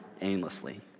aimlessly